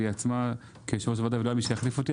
עצמה כיושב-ראש ועדה ואין מי שיחליף אותי,